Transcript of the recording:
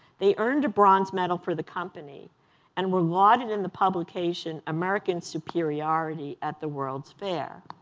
they earned a bronze medal for the company and were lauded in the publication american superiority at the world's fair.